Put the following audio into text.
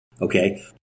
Okay